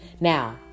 now